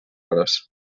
hores